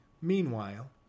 Meanwhile